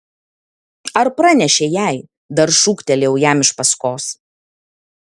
ar pranešei jai dar šūktelėjau jam iš paskos